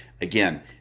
again